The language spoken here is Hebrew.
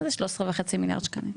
מה זה 13.5 מיליארד שקלים?